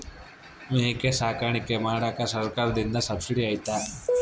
ಮೇಕೆ ಸಾಕಾಣಿಕೆ ಮಾಡಾಕ ಸರ್ಕಾರದಿಂದ ಸಬ್ಸಿಡಿ ಐತಾ?